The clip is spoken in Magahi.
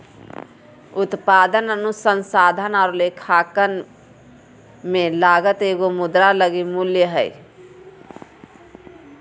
उत्पादन अनुसंधान और लेखांकन में लागत एगो मुद्रा लगी मूल्य हइ